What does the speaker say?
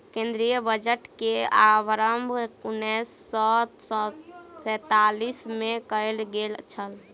केंद्रीय बजट के आरम्भ उन्नैस सौ सैंतालीस मे कयल गेल छल